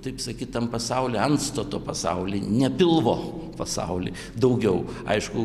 taip sakyt tam pasauly antstato pasauly ne pilvo pasauly daugiau aišku